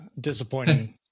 disappointing